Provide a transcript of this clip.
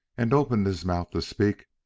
and opened his mouth to speak,